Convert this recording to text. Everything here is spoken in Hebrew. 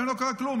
לא קרה כלום.